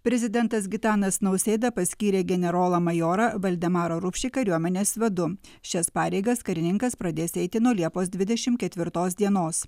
prezidentas gitanas nausėda paskyrė generolą majorą valdemarą rupšį kariuomenės vadu šias pareigas karininkas pradės eiti nuo liepos dvidešim ketvirtos dienos